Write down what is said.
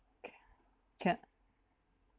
K ca~